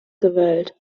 gewählt